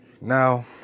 Now